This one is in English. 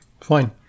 fine